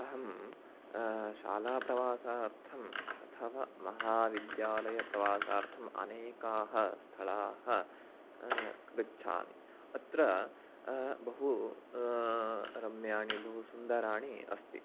अहं शालाप्रवासार्थम् अथवा महाविद्यालयप्रवासार्थम् अनेकानि स्थलानि गच्छामि अत्र बहु रम्याणि बहु सुन्दराणि अस्ति